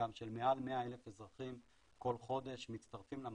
של מעל 100,000 אזרחים כל חודש שמצטרפים למערכת,